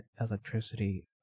electricity